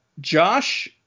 Josh